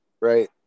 right